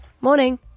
Morning